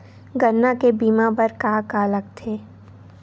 गन्ना के बीमा बर का का लगथे?